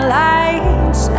lights